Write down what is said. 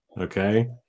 Okay